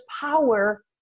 power